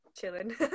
chilling